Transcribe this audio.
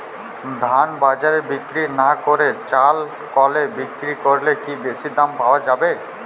ধান বাজারে বিক্রি না করে চাল কলে বিক্রি করলে কি বেশী দাম পাওয়া যাবে?